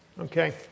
Okay